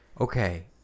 okay